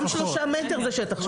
גם 3 מטרים זה שטח שמיש.